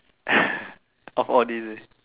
of all days right